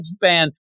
band